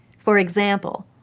for example,